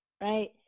right